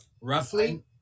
roughly